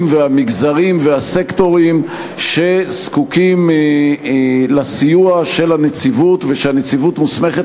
והמגזרים והסקטורים שזקוקים לסיוע של הנציבות ושהנציבות מוסמכת